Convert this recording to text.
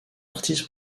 artiste